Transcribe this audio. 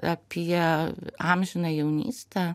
apie amžiną jaunystę